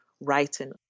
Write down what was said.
writing